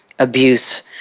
abuse